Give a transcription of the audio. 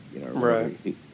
Right